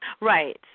Right